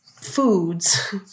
foods